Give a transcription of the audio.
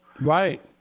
Right